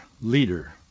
leader